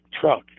truck